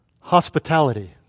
Hospitality